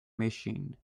machine